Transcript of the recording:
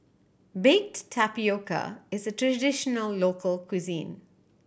baked tapioca is a traditional local cuisine